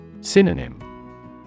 Synonym